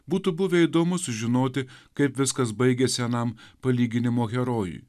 būtų buvę įdomu sužinoti kaip viskas baigėsi anam palyginimo herojui